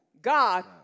God